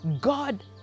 God